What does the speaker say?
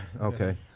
Okay